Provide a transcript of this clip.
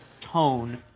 tone